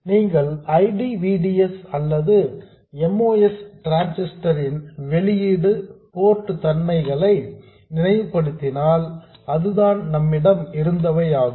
நீங்கள் I D V D S அல்லது MOS transistor ன் வெளியீடு போர்ட் தன்மைகளை நினைவுபடுத்தினால் அதுதான் நம்மிடம் இருந்தவை ஆகும்